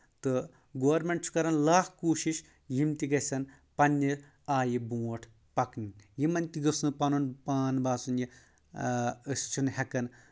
تہٕ گورمینٹ چھُ کران لاکھ کوٗشِش یِم تہِ گژھن پنٕنہِ آیہِ برونٛٹھ پکنہِ یِمن تہِ گوٚھ نہٕ پنُن پان باسان یہِ أسۍ چھِنہٕ ہؠکان